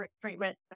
treatment